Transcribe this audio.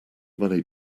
money